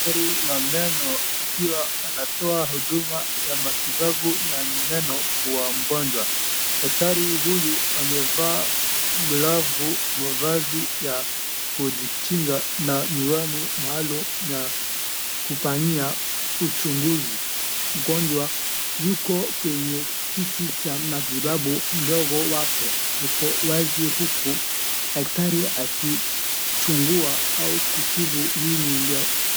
Daktari wa meno akiwa anatoa huduma ya matibabu ya meno kwa mgonjwa. Daktari huyu amevaa glovu; mavazi ya kujikinga na miwani maalum ya kufanya uchunguzi. Mgonjwa yuko kwenye kiti cha matibabu mdomo wake uko wazi huku daktari akichunguza au kutibu [?].